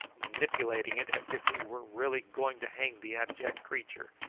manipulating it as if he were really going to hang the abject creature,